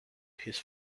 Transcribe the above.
his